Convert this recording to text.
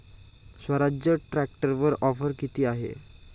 स्वराज्य ट्रॅक्टरवर ऑफर किती आहे?